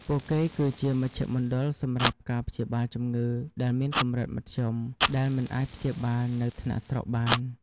ពួកគេគឺជាមជ្ឈមណ្ឌលសម្រាប់ការព្យាបាលជំងឺដែលមានកម្រិតមធ្យម ដែលមិនអាចព្យាបាលនៅថ្នាក់ស្រុកបាន។